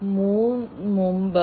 അതിനാൽ ഈ ബസർ മുഴങ്ങി